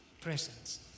presence